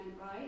right